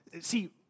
See